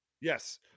Yes